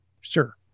Sure